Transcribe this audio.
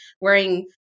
wearing